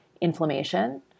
inflammation